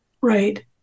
right